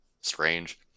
strange